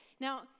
Now